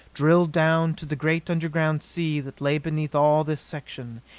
drilled down to the great underground sea that lay beneath all this section,